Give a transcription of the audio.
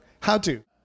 how-to